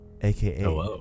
aka